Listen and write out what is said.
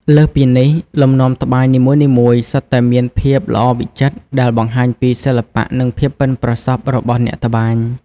លើសពីនេះ លំនាំត្បាញនីមួយៗសុទ្ធតែមានភាពល្អវិចិត្រ ដែលបង្ហាញពីសិល្បៈនិងភាពប៉ិនប្រសប់របស់អ្នកត្បាញ។